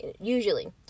Usually